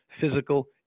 physical